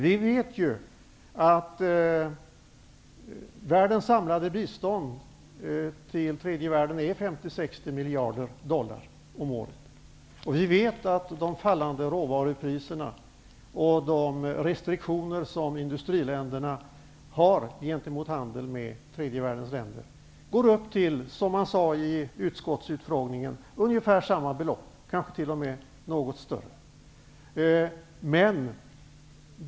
Vi vet ju att världens samlade bistånd till tredje världen är 50--60 miljarder dollar om året, och vi vet att de fallande råvarupriserna och de restriktioner industriländerna har gentemot handeln med tredje världens länder motsvarar ungefär samma belopp, kanske t.o.m. litet mer.